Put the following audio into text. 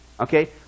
Okay